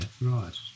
right